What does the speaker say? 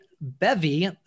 Bevy